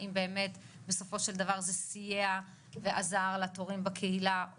האם באמת בסופו של דבר זה סייע ועזר לתורים בקהילה.